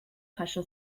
jaso